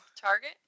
target